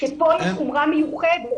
שכאן יש חומרה מיוחדת.